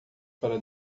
para